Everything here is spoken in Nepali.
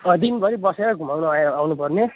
अँ दिनभरि बसेर घुमाउनु आयो आउनुपर्ने